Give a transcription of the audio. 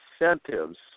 incentives